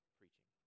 preaching